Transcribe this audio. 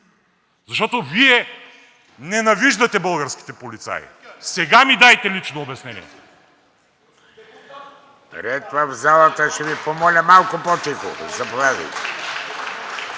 Защото Вие ненавиждате българските полицаи. Сега ми дайте лично обяснение.